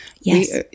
Yes